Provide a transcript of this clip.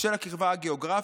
בשל הקרבה הגיאוגרפית,